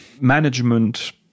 management